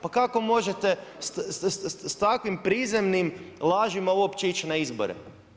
Pa kako možete sa takvim prizemnim lažima uopće ići na izbore?